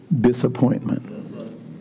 disappointment